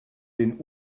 den